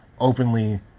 openly